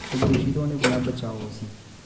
प्रदुशत होने कोला बचाओ उस्सी